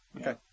Okay